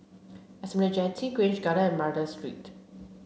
Esplanade Jetty Grange Garden and Madras Street